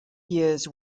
years